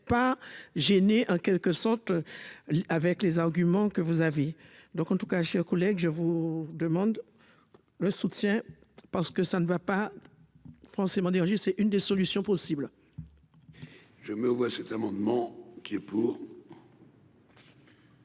pas gêné en quelque sorte avec les arguments que vous avez donc en tout cas, chers collègues, je vous demande le soutien parce que ça ne va pas forcément, c'est une des solutions possibles. Je me vois cet amendement, qui est pour.